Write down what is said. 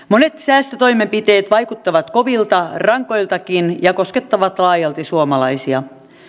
monet säästötoimenpiteet vaikuttavat kovilta rankoiltakin ja koskettavat laajalti suomalaisia